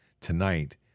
tonight